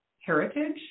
heritage